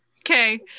Okay